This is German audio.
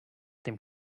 dem